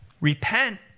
Repent